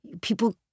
people